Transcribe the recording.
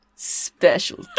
Special